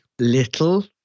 Little